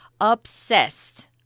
Obsessed